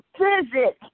visit